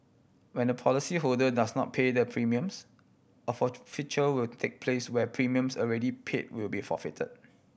when a policyholder does not pay the premiums of a forfeiture will take place where premiums already pay will be forfeit